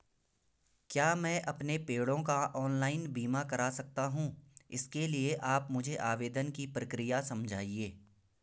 क्या मैं अपने पेड़ों का ऑनलाइन बीमा करा सकता हूँ इसके लिए आप मुझे आवेदन की प्रक्रिया समझाइए?